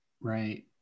Right